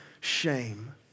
shame